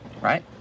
right